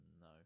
No